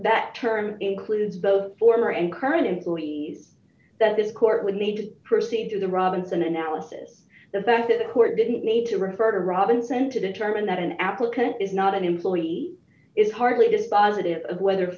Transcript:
that term includes those former and current employees that this court would need to proceed to the robinson analysis the fact that the court didn't need to refer to robinson to determine that an applicant is not an employee is hardly dispositive of whether